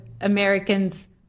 americans